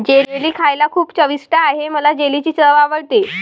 jelly खायला खूप चविष्ट आहे मला जेलीची चव आवडते